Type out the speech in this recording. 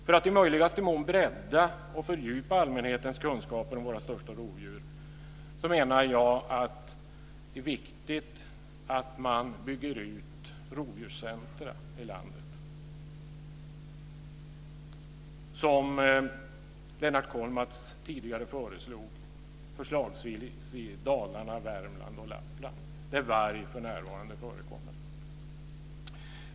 För att i möjligaste mån bredda och fördjupa allmänhetens kunskaper om våra största rovdjur menar jag att det är viktigt att man bygger ut rovdjurscentrum i landet. Som Lennart Kollmats tidigare föreslog kan de förslagsvis finnas i Dalarna, Värmland och Lappland, där varg för närvarande förekommer.